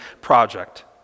project